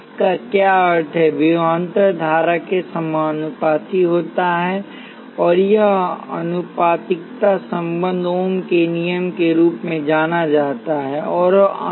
इसका क्या अर्थ हैविभवांतर धारा के समानुपाती होता है और यह आनुपातिकता संबंध ओम के नियम के रूप में जाना जाता है